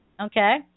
Okay